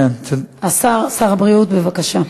שר הבריאות, בבקשה.